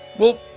well,